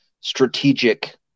strategic